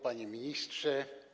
Panie Ministrze!